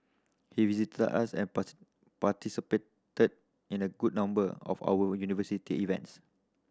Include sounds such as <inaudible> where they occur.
he visited us and <unintelligible> participated in a good number of our university events